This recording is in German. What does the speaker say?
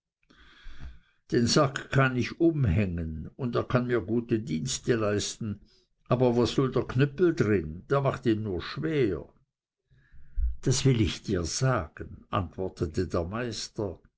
den sack kann ich umhängen und er kann mir gute dienste leisten aber was soll der knüppel darin der macht ihn nur schwer das will ich dir sagen antwortete der meister